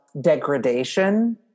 degradation